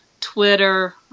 Twitter